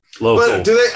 local